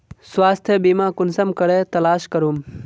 स्वास्थ्य बीमा कुंसम करे तलाश करूम?